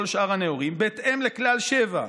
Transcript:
כל שאר הנאורים: "בהתאם לכלל 7,